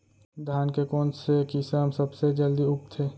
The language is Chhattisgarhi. धान के कोन से किसम सबसे जलदी उगथे?